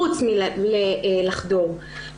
חוץ מלחדור.